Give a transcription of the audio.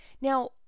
now